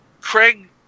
Craig